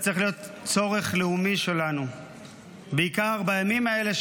זה צריך להיות צורך לאומי שלנו בעיקר בימים האלה,